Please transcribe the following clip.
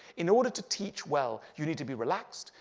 in order to teach well, you need to be relaxed.